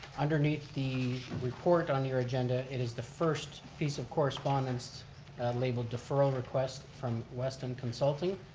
underneath the report on your agenda, it is the first piece of correspondence labeled deferral request from westin consulting.